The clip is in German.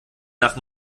nach